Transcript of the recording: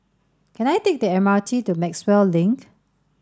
can I take the M R T to Maxwell Link